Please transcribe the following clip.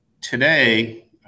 today